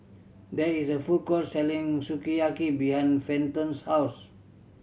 there is a food court selling Sukiyaki behind Fenton's house